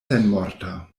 senmorta